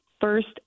first